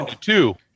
two